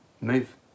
move